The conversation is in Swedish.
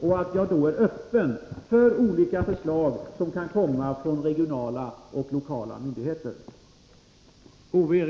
Jag kommer då att vara öppen för olika förslag som kan komma att framföras från regionala och lokala myndigheter.